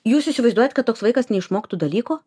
jūs įsivaizduojat kad toks vaikas neišmoktų dalykų